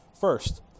First